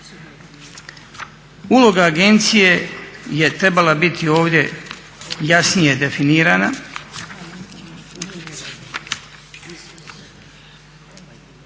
Uloga agencije je trebala biti ovdje jasnije definirana